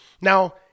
Now